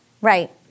Right